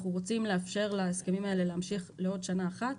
אנחנו רוצים לאפשר להסכמים האלה להמשיך לעוד שנה אחת